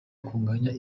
kunganya